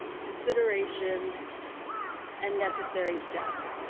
considerations and necessary steps.